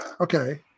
Okay